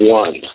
one